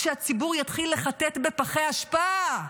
עד שהציבור יתחיל לחטט בפחי אשפה.